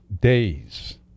Days